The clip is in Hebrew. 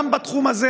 גם בתחום הזה,